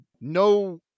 no